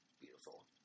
beautiful